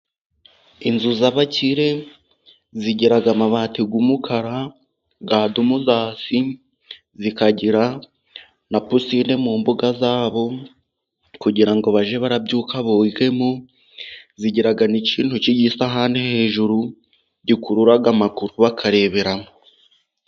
Inzu za bakire zigira amabati yumukara, ya dumuzazi, zikajyira na pusine mu mbuga yazo, kugira ngo bajye barabyuka bogemo, zigira n'ikintu cy'igisahani hejuru, gikurura amakuru bakareberaho.